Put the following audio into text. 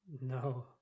No